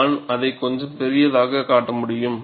நான் அதை கொஞ்சம் பெரியதாக காட்ட முடியும்